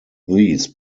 these